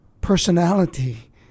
personality